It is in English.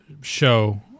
show